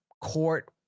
court